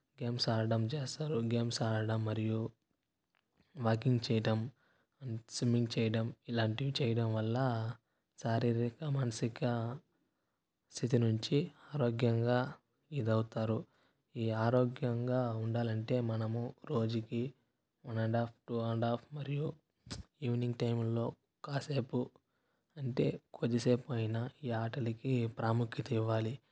games ఆడటం చేస్తారు games ఆడటం మరియు వాకింగ్ చేయడం స్విమ్మింగ్ చేయడం ఇలాంటివి చేయడం వల్ల శారీరక మానసిక స్థితి నుంచి ఆరోగ్యంగా ఇది అవుతారు ఈ ఆరోగ్యంగా ఉండాలంటే మనము రోజుకి one and half two and half మరియు ఈవినింగ్ టైంలో కాసేపు అంటే కొద్దిసేపు అయినా ఈ ఆటలకి ప్రాముఖ్యత ఇవ్వాలి